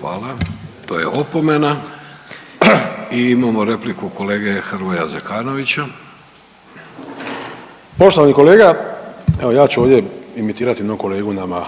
Hvala, to je opomena. I imao repliku kolege Hrvoja Zekanovića. **Zekanović, Hrvoje (HDS)** Poštovani kolega, evo ja ću ovdje imitirati jednog kolegu nama